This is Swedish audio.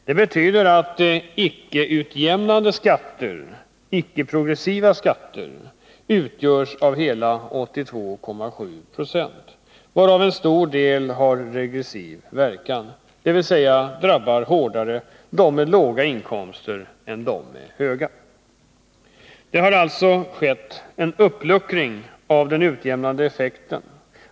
Det betyder att ickeutjämnande skatter — ickeprogressiva skatter — uppgår till hela 82,7. 70 varav en stor del har regressiv verkan, dvs. de drabbar hårdare dem med låga inkomster än dem med höga. Det har alltså skett en uppluckring av den utjämnande effekten.